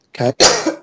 Okay